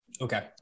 Okay